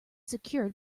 secured